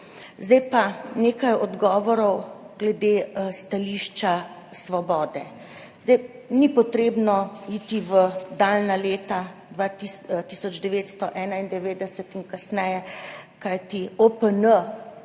Zdaj pa nekaj odgovorov glede stališča Svobode. Ni treba iti v daljno leto 1991 in kasneje, kajti OPN